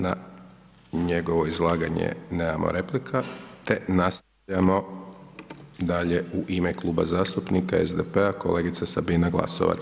Na njegovo izlaganje nemamo replika te nastavljamo dalje u ime Kluba zastupnika SDP-a kolegica Sabina Glasovac.